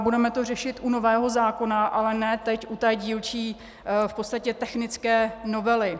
Budeme to řešit u nového zákona, ale ne teď u té dílčí, v podstatě technické novely.